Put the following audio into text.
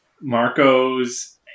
Marco's